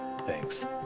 thanks